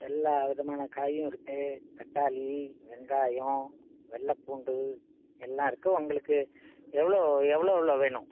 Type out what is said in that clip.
எல்லா விதமான காயும் இருக்கு தக்காளி வெங்காயம் வெள்ளப்பூண்டு எல்லாம் இருக்கு உங்களுக்கு எவ்வளோ எவ்வளோ எவ்வளோ வேணும்